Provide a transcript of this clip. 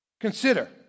Consider